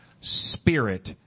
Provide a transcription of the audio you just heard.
spirit